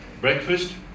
Breakfast